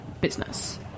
business